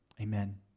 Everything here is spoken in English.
Amen